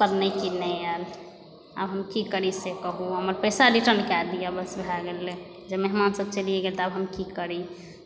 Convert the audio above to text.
तब नहि के नहि आयल आब हम की करी से कहू हमर पैसा रिटर्न कए दिअ बस भए गेल जब मेहमानसभ चलिए गेल तऽ आब हम की करी